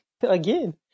Again